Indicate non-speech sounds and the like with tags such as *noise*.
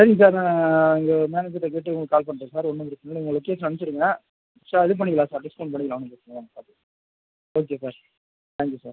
சரிங்க சார் நான் இங்கே மேனேஜர்கிட்ட கேட்டு உங்களுக்கு கால் பண்ணுறேன் சார் ஒன்றும் பிரச்சனை இல்லை நீங்கள் லொக்கேஷன் அனுப்பிச்சுடுங்க சார் இது பண்ணிக்கலாம் சார் டிஸ்கவுண்ட் பண்ணிக்கலாம் ஒன்றும் பிரச்சனை இல்லை *unintelligible* okay sir thank you sir